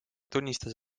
tunnistas